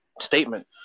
statement